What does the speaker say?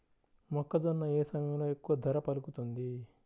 మొక్కజొన్న ఏ సమయంలో ఎక్కువ ధర పలుకుతుంది?